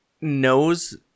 knows